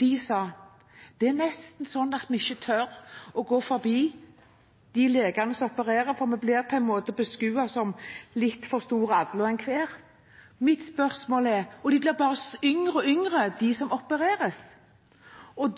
De sa: «Det er nesten sånn at vi ikke tør å gå forbi de legene som opererer, for vi blir på en måte beskuet som litt for store, alle og enhver. De blir bare yngre og yngre, de som opereres.»